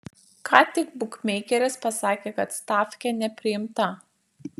ką tik bukmeikeris pasakė kad stafkė nepriimta